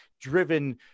driven